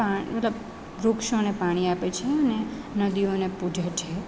મતલબ વૃક્ષોને પાણી આપે છે અને નદીઓને પૂજે છે